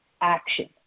action